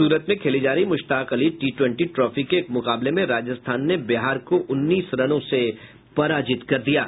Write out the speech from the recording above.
सुरत में खेली जा रही Mushtaq Ali T twenty trophy के एक मुकाबले में राजस्थान ने बिहार को उन्नीस रनों से पराजित कर दिया है